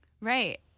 Right